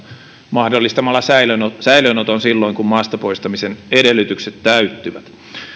mahdollistamalla säilöönoton silloin kun maasta poistamisen edellytykset täyttyvät